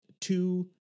two